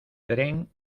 tren